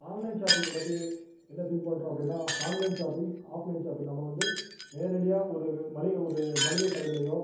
online ஷாப்பிங்கை பற்றி என்ன திங்க் பண்ணுறோம் அப்படின்னா ஹான்லைன் ஷாப்பிங் ஆஃப்லைன் ஷாப்பிங் நம்ம வந்து நேரடியாக ஒரு க மளிகை ஒரு மளிகை கடைலியோ